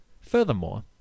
Furthermore